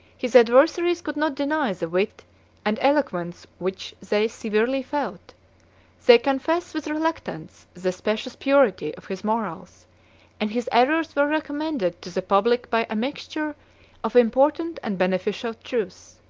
his adversaries could not deny the wit and eloquence which they severely felt they confess with reluctance the specious purity of his morals and his errors were recommended to the public by a mixture of important and beneficial truths.